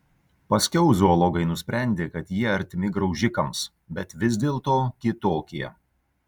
paskiau zoologai nusprendė kad jie artimi graužikams bet vis dėlto kitokie